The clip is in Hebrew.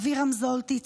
אבירם זולטי,